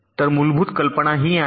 तर मूलभूत कल्पना ही आहे